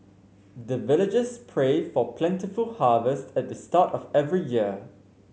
the villagers pray for plentiful harvest at the start of every year